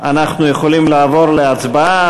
אנחנו יכולים לעבור להצבעה.